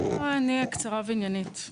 לא, אני אהיה קצרה ועניינית.